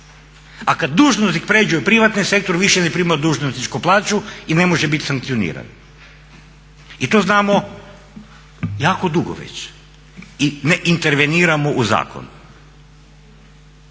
A kad dužnosnik pređe u privatni sektor više ne prima dužnosničku plaću i ne može biti sankcioniran. I to znamo jako dugo već i ne interveniramo u zakon.